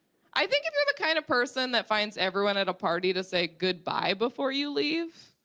i think if you are the kind of person that finds everyone at a party to say good-bye before you leave,